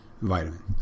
vitamin